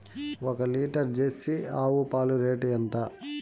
ఒక litre Jersey ఆవు పాలు రేటు ఎంత?